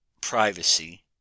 privacy